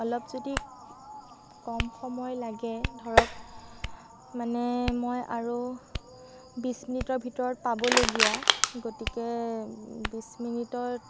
অলপ যদি কম সময় লাগে ধৰক মানে মই আৰু বিছ মিনিটৰ ভিতৰত পাবলগীয়া গতিকে বিছ মিনিটৰ